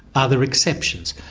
are there exceptions?